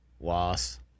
Loss